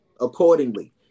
accordingly